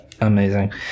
Amazing